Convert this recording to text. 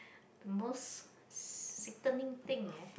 the most sickening thing yeah